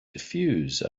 diffuse